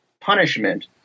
punishment